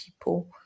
people